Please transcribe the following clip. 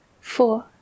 four